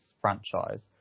franchise